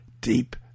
deep